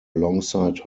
alongside